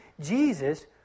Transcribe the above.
Jesus